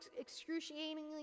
excruciatingly